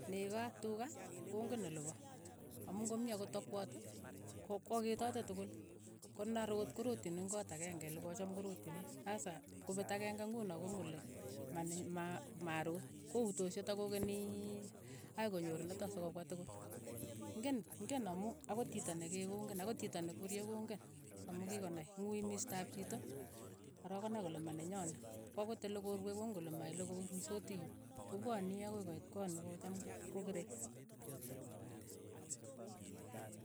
Neko ak tuka ko ngen ole pa, amu ngo mii akot akwot, ko kwaketaati tokol, ko na root ko rootchini koot akenge lo ko cham korotchinin, sasa ngopet akenge nguno ko ngen kole mane ma- ma root, ko utoos chotok ko kenyiii akoi konyor nitok so ko pwa tokol. Ngen ngen amu akot chito ne keee ko ngen, akot chiito ne kwerye ko ngen, amu kikonai, ngui mista'ap chito, ko rook ko nai ko le manenyo nii, ko akot olekorue koongen kole mait lokorirusooti yu, ko pwani akoi koit koot no ko cham ko kere.